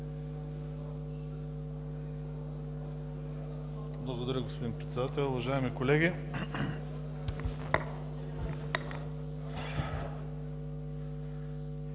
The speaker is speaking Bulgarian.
Благодаря, господин Председател. Уважаеми колеги,